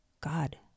God